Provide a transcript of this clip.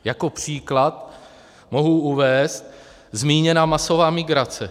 Jako příklad mohu uvést zmíněnou masovou migraci.